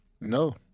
No